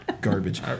Garbage